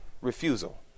refusal